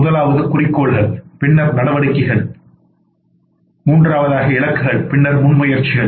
முதலாவது குறிக்கோள்கள் பின்னர் நடவடிக்கைகள் இலக்குகள் பின்னர் முன்முயற்சிகள்